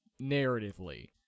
narratively